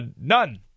None